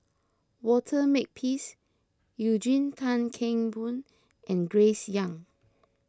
Walter Makepeace Eugene Tan Kheng Boon and Grace Young